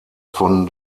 von